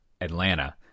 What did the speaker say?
Atlanta